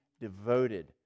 devoted